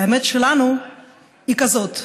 והאמת שלנו היא כזאת: